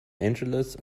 angeles